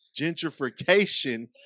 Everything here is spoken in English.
Gentrification